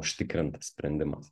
užtikrintas sprendimas